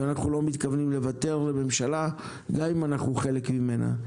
ואנחנו לא מתכוונים לוותר לממשלה גם אם אנחנו חלק ממנה.